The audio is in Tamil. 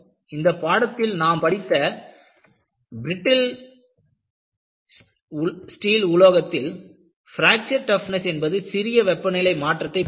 இந்த பாடத்தில் நாம் பார்த்த பிரிட்டிக் ஸ்டீல் உலோகத்தில் பிராக்சர் டப்னஸ் என்பது சிறிய வெப்பநிலை மாற்றத்தை பொருத்தது